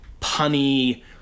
punny